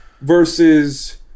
versus